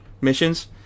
missions